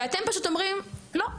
ואתם פשוט אומרים לא,